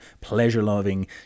pleasure-loving